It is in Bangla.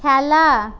খেলা